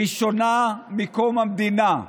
ראשונה מקום המדינה,